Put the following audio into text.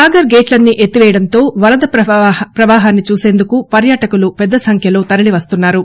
సాగర్ గేట్లన్నీ ఎత్తడంతో వరద పవాహాన్ని చూసేందుకు పర్యాటకులు పెద్ద సంఖ్యలో సాగర్కు తరలివస్తున్నారు